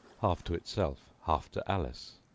half to itself, half to alice.